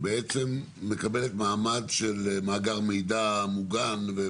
מקבלת מעמד של מאגר מידע מוגן.